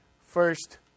first